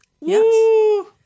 Yes